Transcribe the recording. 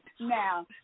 Now